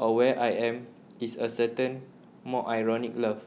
or where I am is a certain more ironic love